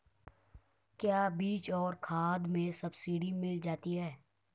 क्या बीज और खाद में सब्सिडी मिल जाती है?